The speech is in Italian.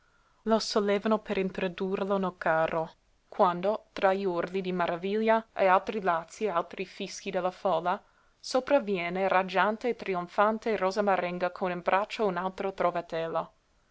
lo sollevano per introdurlo nel carro quando tra gli urli di maraviglia e altri lazzi e altri fischi della folla sopravviene raggiante e trionfante rosa marenga con in braccio un altro trovatello